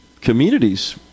communities